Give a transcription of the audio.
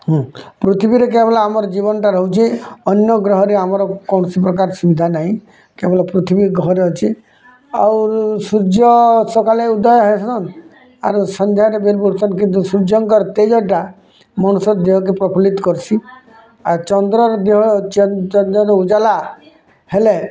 ହୁଁ ପୃଥିବୀରେ କେବଲ୍ ଆମର ଜୀବନ୍ଟା ରହୁଛି ଅନ୍ୟ ଗ୍ରହରେ ଆମର କୌଣସି ପ୍ରକାର ସୁବିଧା ନାହିଁ କେବଲ ପୃଥିବୀ ଗ୍ରହରେ ଅଛି ଆଉ ସୂର୍ଯ୍ୟ ସକାଳେ ଉଦୟ ହେଇସନ୍ ଆରୁ ସନ୍ଧ୍ୟାରେ ବେଲ୍ ବୁଲ୍ଛନ୍ ସୂର୍ଯ୍ୟଙ୍କ ତେଜଟା ମଣିଷ ଦେହକେ ପ୍ରଫୁଲିତ୍ କରୁଛି ଆଉ ଚନ୍ଦ୍ରର ଦେହ ଚନ୍ଦ୍ରର ଉଜ୍ଜଲା ହେଲେ